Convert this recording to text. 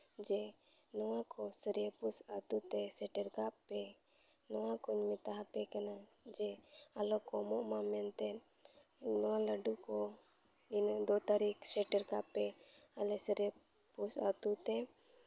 ᱡᱮ ᱱᱚᱣᱟ ᱠᱚ ᱥᱟᱹᱨᱭᱟᱹᱯᱩᱥ ᱟᱛᱳ ᱛᱮ ᱥᱮᱴᱮᱨ ᱠᱟᱜ ᱯᱮ ᱱᱚᱣᱟ ᱠᱚᱧ ᱢᱮᱛᱟᱣ ᱟᱯᱮ ᱠᱟᱱᱟ ᱡᱮ ᱟᱞᱚ ᱠᱚᱢᱚᱜ ᱢᱟ ᱢᱮᱱᱛᱮᱫ ᱱᱚᱣᱟ ᱞᱟᱹᱰᱩ ᱠᱚ ᱤᱱᱟᱹ ᱫᱩ ᱛᱟᱹᱨᱤᱠᱷ ᱥᱮᱴᱮᱨ ᱠᱟᱜ ᱯᱮ ᱟᱞᱮ ᱥᱟᱹᱨᱟᱹᱭᱯᱩᱥ ᱟᱛᱳ ᱛᱮ